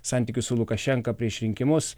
santykius su lukašenka prieš rinkimus